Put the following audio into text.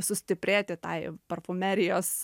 sustiprėti tai parfumerijos